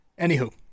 Anywho